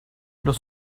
los